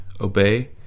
obey